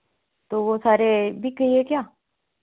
तो वह सारे बिक गई है क्या